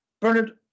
Bernard